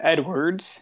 Edwards